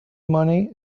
money